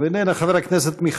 חברת הכנסת פלוסקוב, איננה.